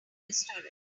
restaurant